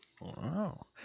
Wow